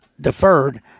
deferred